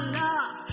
love